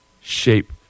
shape